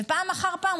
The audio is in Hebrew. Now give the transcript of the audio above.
ופעם אחר פעם,